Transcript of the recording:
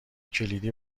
کلیدی